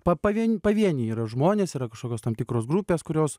pa pavien pavieniai yra žmonės yra kažkokios tam tikros grupės kurios